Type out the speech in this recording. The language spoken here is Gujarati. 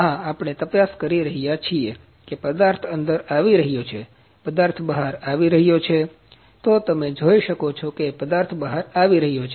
હા આપણે તપાસ કરી રહ્યા છીએ કે પદાર્થ અંદર આવી રહ્યો છે પદાર્થ બહાર આવી રહ્યો છે તો તમે જોઈ શકો છો કે પદાર્થ બહાર આવી રહ્યો છે